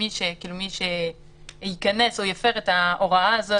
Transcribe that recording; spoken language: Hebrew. מי שייכנס או יפר את ההוראה הזאת,